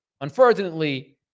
Unfortunately